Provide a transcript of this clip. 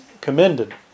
commended